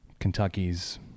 Kentucky's